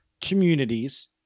communities